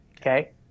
Okay